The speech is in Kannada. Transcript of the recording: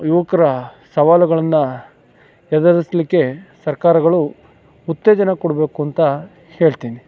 ಯುವಕ್ರ ಸವಾಲುಗಳನ್ನು ಎದುರಿಸ್ಲಿಕ್ಕೆ ಸರ್ಕಾರಗಳು ಉತ್ತೇಜನ ಕೊಡಬೇಕು ಅಂತ ಹೇಳ್ತಿನಿ